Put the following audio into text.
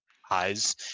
highs